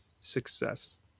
success